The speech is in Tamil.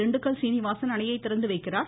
திண்டுக்கல் சீனிவாஸன் அணையை திறந்துவைக்கிறார்